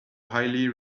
highly